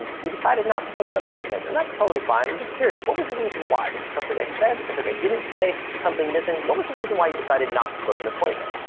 um you decided not to book an appointment. and that's totally fine. i'm just curious, what was the reason why? was it something i said, something i didn't say, something missing? what was the reason why you decided not to book an appointment?